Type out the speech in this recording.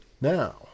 Now